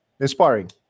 inspiring